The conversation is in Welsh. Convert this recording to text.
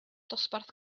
dosbarth